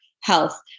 health